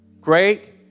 Great